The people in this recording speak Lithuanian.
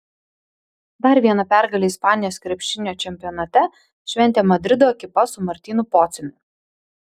dar vieną pergalę ispanijos krepšinio čempionate šventė madrido ekipa su martynu pociumi